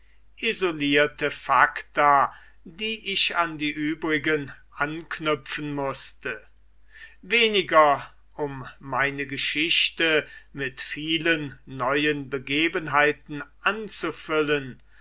isolirte facta die ich an die übrigen anknüpfen mußte weniger um meine geschichte mit vielen neuen begebenheiten anzufüllen